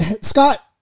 Scott